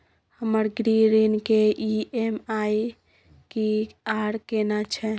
हमर गृह ऋण के ई.एम.आई की आर केना छै?